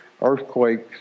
earthquakes